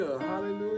hallelujah